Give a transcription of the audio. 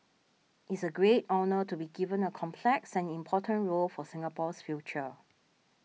it's a great honour to be given a complex and important role for Singapore's future